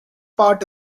part